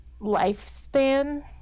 Lifespan